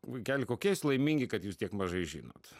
vaikeli kokie jūs laimingi kad jūs tiek mažai žinot